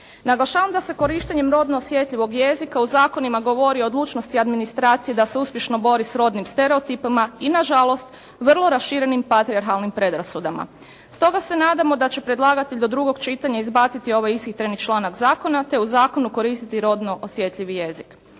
Naglašavam da se korištenjem rodno osjetljivog jezika u zakonima govori o odlučnosti administracije da se uspješno bori s rodnim stereotipima i nažalost vrlo raširenim patrijarhalnim predrasudama. Stoga se nadamo da će predlagatelj do drugog čitanja izbaciti ovaj ishitreni članak zakona te u zakonu koristiti rodno osjetljivi jezik.